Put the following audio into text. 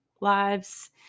lives